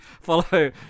follow